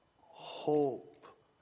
hope